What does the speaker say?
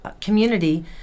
community